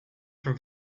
from